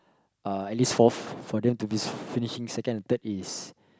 uh at least fourth for them to be finishing second or third is